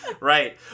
Right